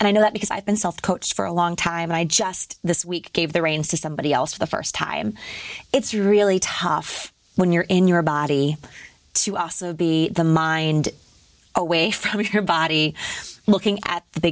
and i know that because i've been self coach for a long time i just this week gave the reins to somebody else for the st time it's really tough when you're in your body to also be the mind away from your body looking at the